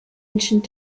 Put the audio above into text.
ancient